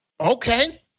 Okay